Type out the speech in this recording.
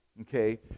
Okay